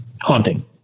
haunting